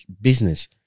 business